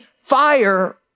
fire